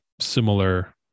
similar